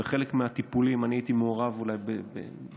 ובחלק מהטיפולים אני הייתי מעורב ב-back,